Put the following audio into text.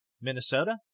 Minnesota